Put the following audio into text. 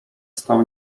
stał